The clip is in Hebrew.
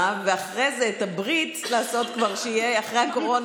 ואחרי זה את הברית לעשות כבר אחרי הקורונה,